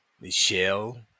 Michelle